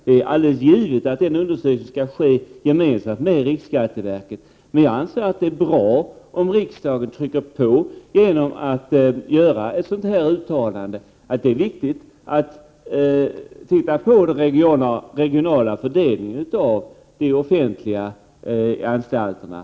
Det är alldeles givet att en undersökning skall ske gemensamt med riksskatteverket. Jag anser att det är bra om riksdagen trycker på genom att göra ett uttalande om att det är viktigt att se över den regionala fördelningen av de offentliga anstalterna.